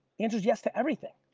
the answer is yes to everything.